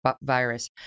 virus